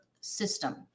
system